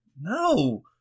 no